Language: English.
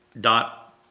dot